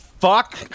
Fuck